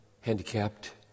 handicapped